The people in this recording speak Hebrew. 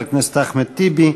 חבר הכנסת אחמד טיבי.